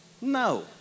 No